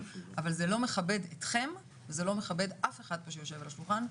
לא מכבד אתכם וזה לא מכבד אף אחד פה שיושב על השולחן,